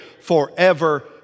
forever